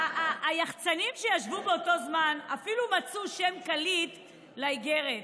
היחצ"נים שישבו באותו זמן אפילו מצאו שם קליט לאיגרת,